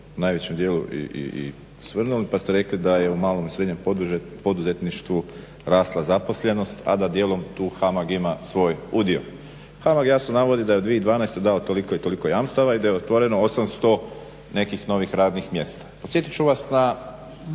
u najvećem dijelu i osvrnuli pa ste rekli da je u malom i srednjem poduzetništvu rasla zaposlenost a da dijelom tu HAMAG ima svoj udio. HAMAG jasno navodi da je u 2012. dao toliko i toliko jamstava i da je otvoreno 800 nekih novih radnih mjesta. Podsjetit ću vas na